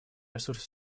ресурс